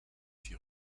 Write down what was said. s’y